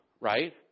right